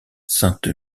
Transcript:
sainte